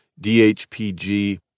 DHPG